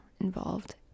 involved